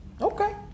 okay